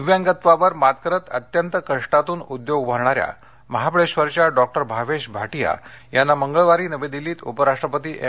दिव्यांगत्वावर मात करत अत्यंत कष्टातून उद्योग उभारणाऱ्या महाबळेश्वरच्या डॉ भावेश भाटिया यांना मंगळवारी नवी दिल्लीत उपराष्ट्रपती एम